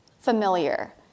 familiar